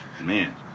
man